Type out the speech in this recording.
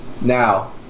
Now